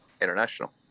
International